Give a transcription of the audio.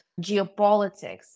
geopolitics